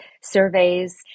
surveys